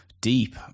deep